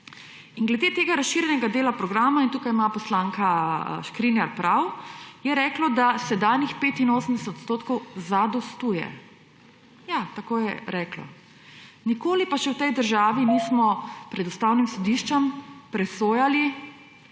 In glede tega razširjenega dela programa – in tukaj ima poslanka Škrinjar prav – je reklo, da sedanjih 85 % zadostuje. Ja, tako je reklo. Nikoli pa še v tej državi nismo pred Ustavnim sodiščem presojali,